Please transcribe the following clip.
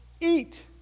eat